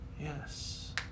Yes